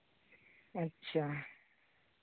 ᱟᱪᱪᱷᱟ